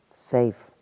safe